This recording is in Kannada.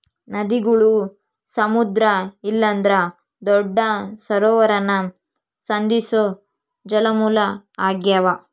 ನದಿಗುಳು ಸಮುದ್ರ ಇಲ್ಲಂದ್ರ ದೊಡ್ಡ ಸರೋವರಾನ ಸಂಧಿಸೋ ಜಲಮೂಲ ಆಗ್ಯಾವ